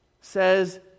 says